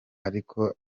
ariko